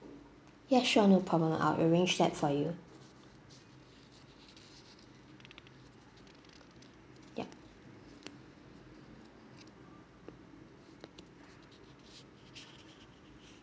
yeah sure no problem I'll arrange that for you yup